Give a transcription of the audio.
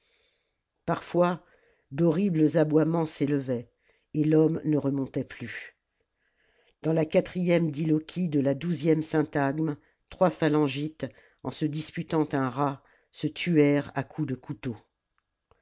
parfois d'horribles aboiements s'élevaient et l'homme ne remontait plus dans la quatrième dilochie de la douzième sjntagme trois phalangites en se disputant un rat se tuèrent à coups de couteau